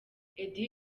eddy